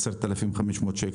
10,500 שקל,